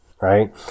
Right